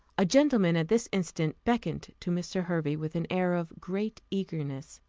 a gentleman at this instant beckoned to mr. hervey with an air of great eagerness.